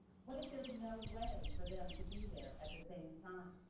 what if there's no way for them to be there at the same time?